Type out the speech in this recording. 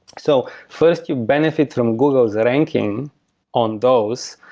so, first, you benefit from google's ranking on those.